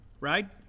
right